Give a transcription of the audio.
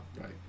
right